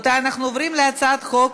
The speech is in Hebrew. הצעת חוק